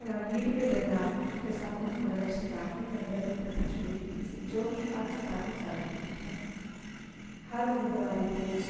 ਵੀਹ ਰੁਪਏ ਦੇ ਨਾਲ ਭੁੱਖੇ ਸਾਧੂਆਂ ਨੂੰ ਲੰਗਰ ਛਕਾ ਕੇ ਲੰਗਰ ਦੀ ਪ੍ਰਥਾ ਸ਼ੁਰੂ ਕੀਤੀ ਸੀ ਜੋ ਕਿ ਅੱਜ ਤੱਕ ਚੱਲ ਰਹੀ ਹੈ ਹਰ ਗੁਰਦੁਆਰੇ ਦੇ ਵਿੱਚ